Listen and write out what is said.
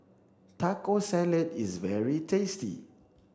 taco salad is very tasty